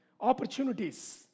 Opportunities